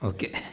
Okay